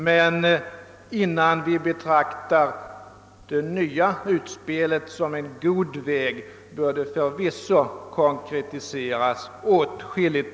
Men innan vi betraktar det nya utspelet som en god väg bör det förvisso konkretiseras åtskilligt.